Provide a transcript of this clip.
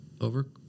Over